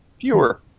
fewer